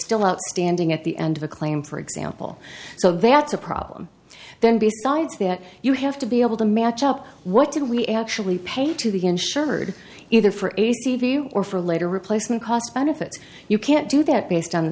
still outstanding at the end of a claim for example so that's a problem then besides that you have to be able to match up what do we actually pay to the insured either for a c p u or for a later replacement cost benefits you can't do that based on the